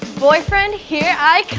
boyfriend here i.